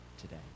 today